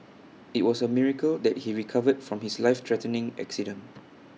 IT was A miracle that he recovered from his life threatening accident